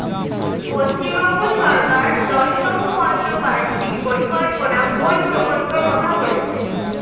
পশ্চিমবঙ্গ সরকার দশম পঞ্চ বার্ষিক পরিকল্পনা কোন প্রকল্প কথা বলেছেন?